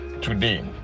today